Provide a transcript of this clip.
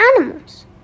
animals